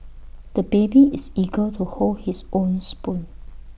the baby is eager to hold his own spoon